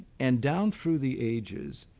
and down through the ages,